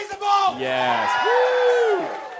Yes